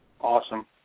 awesome